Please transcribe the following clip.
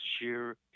sheer